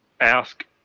ask